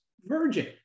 virgin